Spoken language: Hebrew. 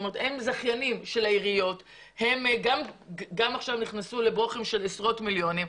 הן זכייניות של העיריות ועכשיו נכנסו לגירעון של עשרות מיליוני שקלים.